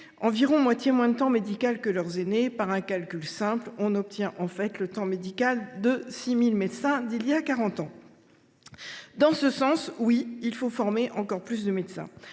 environ moitié moins de temps médical que leurs aînés. Par un calcul simple, on obtient en fait le temps médical de 6 000 médecins d’il y a quarante ans… Dans ce sens, oui, il faut former encore plus de médecins,